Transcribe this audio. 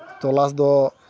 ᱛᱚᱞᱟᱥ ᱫᱚ